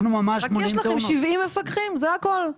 רק יש לכם 70 מפקחים, זה הכול.